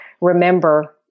remember